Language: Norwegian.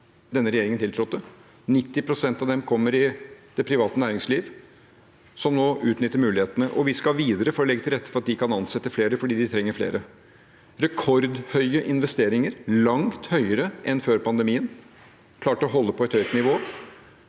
denne regjeringen tiltrådte. 90 pst. av dem kom i det private næringsliv, som nå utnytter mulighetene, og vi skal videre for å legge til rette for at de kan ansatte flere, for de trenger flere. Det er rekordhøye investeringer, langt høyere enn før pandemien. Man har klart å holde det på et høyt nivå.